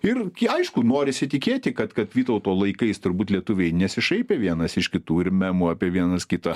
ir kei aišku norisi tikėti kad kad vytauto laikais turbūt lietuviai nesišaipė vienas iš kitų ir memų apie vienas kitą